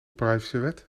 privacywet